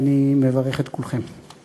ואני מברך את כולכם.